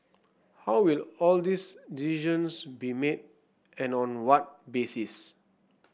how will all these decisions be made and on what basis